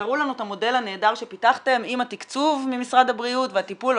תראו לנו את המודל הנהדר שפיתחתם עם התקצוב ממשרד הבריאות והטיפול,